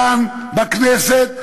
כאן בכנסת,